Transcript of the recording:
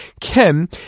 Kim